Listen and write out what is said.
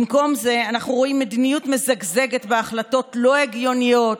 במקום זה אנחנו רואים מדיניות מזגזגת והחלטות לא הגיוניות,